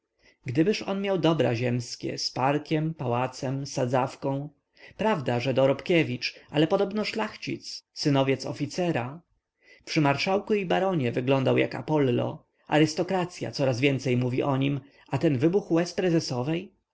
gdybyż on miał dobra ziemskie z parkiem pałacem sadzawką prawda że dorobkiewicz ale podobno szlachcic synowiec oficera przy marszałku i baronie wygląda jak apollo arystokracya coraz więcej mówi o nim a ten wybuch łez prezesowej